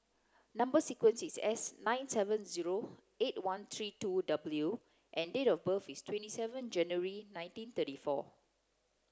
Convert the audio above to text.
number sequence is S nine seven zero eight one three two W and date of birth is twenty seven January nineteen thirty four